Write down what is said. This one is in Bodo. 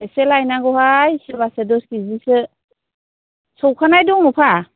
एसे लायनांगौहाय सेरबासो दस खिजिसो सौखानाय दङफा